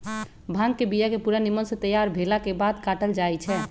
भांग के बिया के पूरा निम्मन से तैयार भेलाके बाद काटल जाइ छै